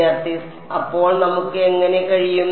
വിദ്യാർത്ഥി അപ്പോൾ നമുക്ക് എങ്ങനെ കഴിയും